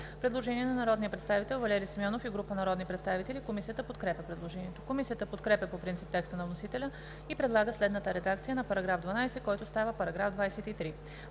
предложение на народния представител Даниела Дариткова и група народни представители. Комисията подкрепя предложението. Комисията подкрепя по принцип текста на вносителя и предлага следната редакция на § 52, който става § 67: „§ 67.